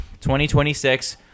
2026